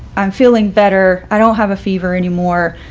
i'm feeling better. i don't have a fever anymore.